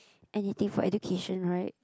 anything for education right